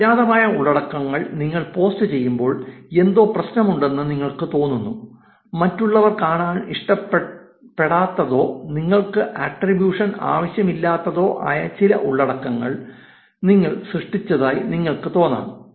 അജ്ഞാതമായ ഉള്ളടക്കം നിങ്ങൾ പോസ്റ്റു ചെയ്യുമ്പോൾ എന്തോ പ്രശ്നമുണ്ടെന്ന് നിങ്ങൾക്ക് തോന്നുന്നത് മറ്റുള്ളവർ കാണാൻ ഇഷ്ടപ്പെടാത്തതോ നിങ്ങൾക്ക് ആട്രിബ്യൂഷൻ ആവശ്യമില്ലാത്തതോ ആയ ചില ഉള്ളടക്കങ്ങൾ നിങ്ങൾ സൃഷ്ടിച്ചതായി നിങ്ങൾക്ക് തോന്നാം